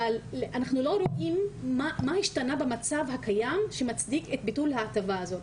אבל אנחנו לא רואים מה השתנה במצב הקיים שמצדיק את ביטול ההטבה הזאת.